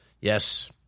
Yes